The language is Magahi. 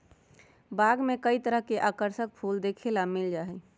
बाग में कई तरह के आकर्षक फूल देखे ला मिल जा हई